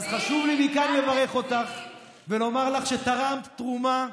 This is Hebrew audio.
אז חשוב לי מכאן לברך אותך ולומר לך שתרמת תרומה,